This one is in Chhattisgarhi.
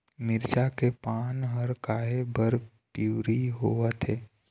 मिरचा के पान हर काहे बर पिवरी होवथे?